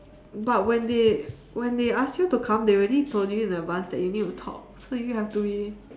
but when they when they ask you to come they already told you in advance that you need to talk so you have to be